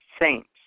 saints